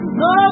no